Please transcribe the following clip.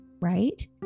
right